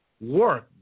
work